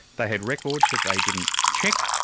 they had records that they didn't check,